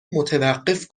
متوقف